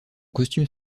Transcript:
costume